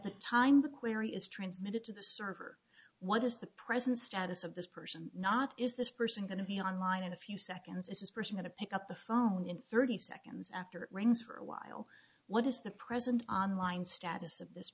the time the query is transmitted to the server what is the present status of this person not is this person going to be on line in a few seconds is a person to pick up the phone in thirty seconds after it rings for a while what is the present on line status of this